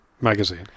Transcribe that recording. Magazine